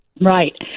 right